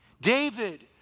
David